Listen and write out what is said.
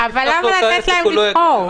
למה לתת להם לבחור?